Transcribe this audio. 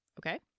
Okay